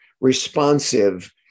responsive